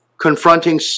confronting